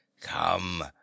come